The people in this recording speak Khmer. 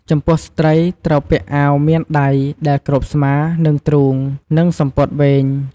ចំពោះស្ត្រីត្រូវពាក់អាវមានដៃដែលគ្របស្មា និងទ្រូង និងសំពត់វែង។